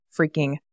freaking